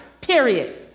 period